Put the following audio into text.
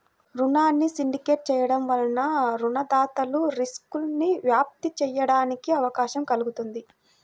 రుణాన్ని సిండికేట్ చేయడం వలన రుణదాతలు రిస్క్ను వ్యాప్తి చేయడానికి అవకాశం కల్గుతుంది